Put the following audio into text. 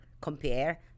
compare